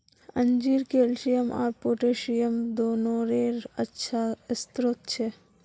अंजीर कैल्शियम आर पोटेशियम दोनोंरे अच्छा स्रोत छे